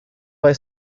vai